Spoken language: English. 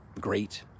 great